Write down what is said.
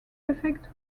effect